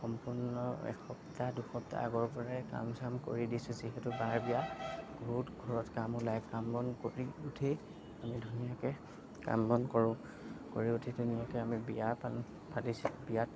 সম্পূৰ্ণ এসপ্তাহ দুসপ্তাহ আগৰপৰাই কাম চাম কৰি দিছোঁ যিহেতু বাৰ বিয়া বহুত ঘৰত কাম ওলায় কাম বন কৰি উঠি আমি ধুনীয়াকৈ কাম বন কৰোঁ কৰি উঠি ধুনীয়াকৈ আমি বিয়া পাতিছোঁ বিয়াত